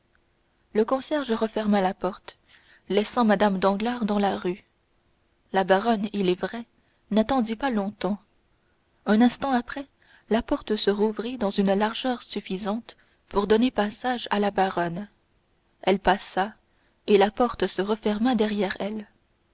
le concierge referma la porte laissant mme danglars dans la rue la baronne il est vrai n'attendit pas longtemps un instant après la porte se rouvrit dans une largeur suffisante pour donner passage à la baronne elle passa et la porte se referma derrière elle